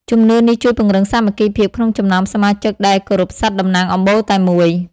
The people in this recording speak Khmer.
ជំនឿនេះជួយពង្រឹងសាមគ្គីភាពក្នុងចំណោមសមាជិកដែលគោរពសត្វតំណាងអំបូរតែមួយ។